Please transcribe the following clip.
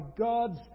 God's